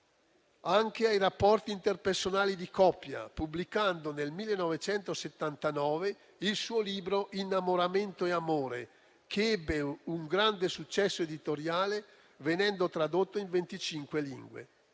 anche ai rapporti interpersonali di coppia, pubblicando nel 1979 il suo libro «Innamoramento e amore», che ebbe un grande successo editoriale, venendo tradotto in venticinque